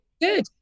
Good